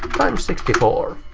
times sixty four.